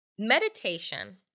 Meditation